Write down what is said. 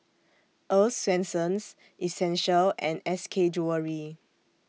Earl's Swensens Essential and S K Jewellery